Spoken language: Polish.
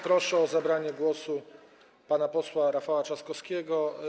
Proszę o zabranie głosu pana posła Rafała Trzaskowskiego.